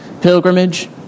pilgrimage